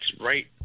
right